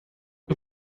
que